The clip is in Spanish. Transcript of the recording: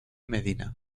medina